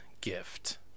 gift